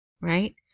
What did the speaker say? right